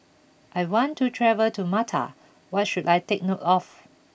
I want to travel to Malta what should I take note of